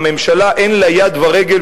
הממשלה אין לה יד ורגל,